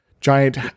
giant